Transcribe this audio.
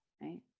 right